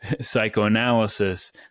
psychoanalysis